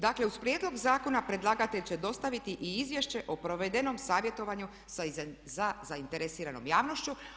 Dakle uz prijedlog zakona predlagatelj će dostaviti i izvješće o provedenom savjetovanju sa zainteresiranom javnošću.